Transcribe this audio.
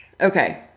Okay